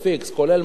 כולל מע"מ,